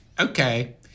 Okay